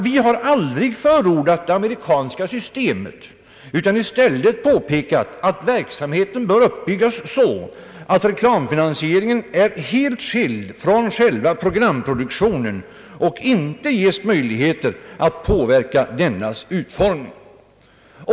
Vi har, herr talman, aldrig förordat det amerikanska systemet utan i stället påpekat att verksamheten bör uppbyggas så, att reklamfinansieringen är helt skild från själva programproduktionen och inte ges möjligheter att påverka dennas utformning.